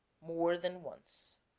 more than once.